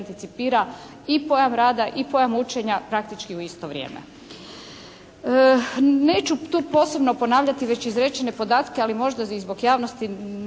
anticipira i pojam rada i pojam učenja, praktički u isto vrijeme. Neću to posebno ponavljati već izrečene podatke, ali možda i zbog javnosti